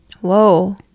Whoa